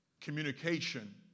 communication